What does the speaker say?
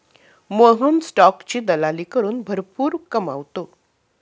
मोहन स्टॉकची दलाली करून भरपूर कमावतो